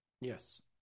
Yes